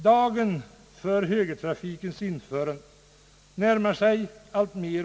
Dagen för högertrafikens införande närmar sig alltmer.